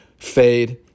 fade